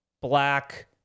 black